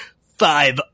five